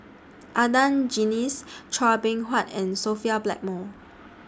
Adan Jimenez Chua Beng Huat and Sophia Blackmore